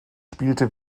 spielte